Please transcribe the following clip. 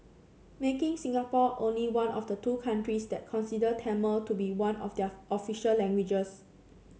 making Singapore only one of the two countries that considers Tamil to be one of their official languages